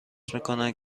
میکنند